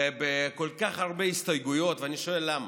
ובכל כך הרבה הסתייגויות, ואני שואל למה,